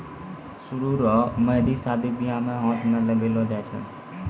सरु रो मेंहदी शादी बियाह मे हाथ मे लगैलो जाय छै